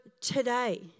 today